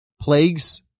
plagues